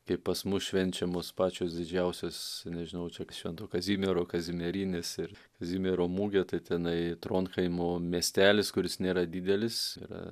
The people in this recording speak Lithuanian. kaip pas mus švenčiamos pačios didžiausios nežinau čia švento kazimiero kazimierinės ir kazimiero mugė tai tenai tronhaimo miestelis kuris nėra didelis yra